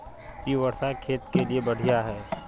इ वर्षा खेत के लिए बढ़िया है?